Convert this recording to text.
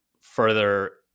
further